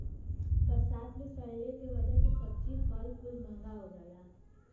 बरसात मे सड़ले के वजह से सब्जी फल कुल महंगा हो जाला